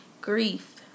grief